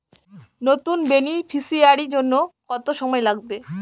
নতুন বেনিফিসিয়ারি জন্য কত সময় লাগবে?